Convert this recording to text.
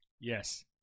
Yes